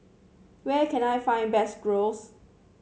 where can I find best Gyros